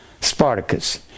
Spartacus